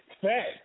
fat